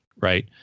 right